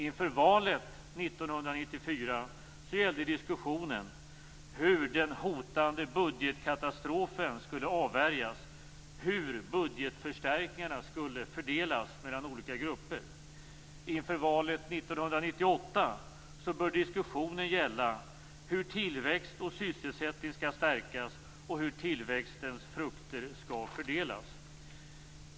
Inför valet 1994 gällde diskussionen hur den hotande budgetkatastrofen skulle avvärjas och hur budgetförstärkningarna skulle fördelas mellan olika grupper. Inför valet 1998 bör diskussionen gälla hur tillväxt och sysselsättning skall stärkas och hur tillväxtens frukter skall fördelas.